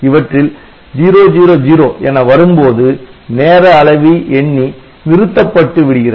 இவற்றில் 000 என வரும்போது நேர அளவி எண்ணி நிறுத்தப்பட்டு விடுகிறது